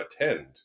attend